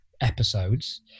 episodes